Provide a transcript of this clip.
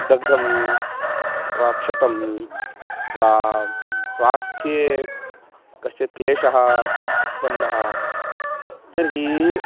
दग्धं वा क्षतं वा स्वास्थ्ये कश्चित् क्लेशः उत्पन्नः तर्हि